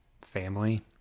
family